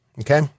Okay